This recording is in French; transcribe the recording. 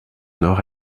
nord